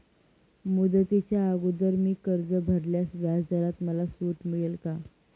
मुदतीच्या अगोदर मी कर्ज भरल्यास व्याजदरात मला सूट मिळेल का?